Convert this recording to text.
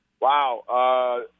Wow